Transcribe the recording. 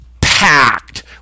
packed